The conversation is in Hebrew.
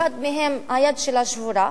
אחד מהם היד שלו שבורה,